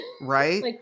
Right